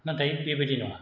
नाथाय बेबायदि नङा